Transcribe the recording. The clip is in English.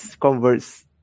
converts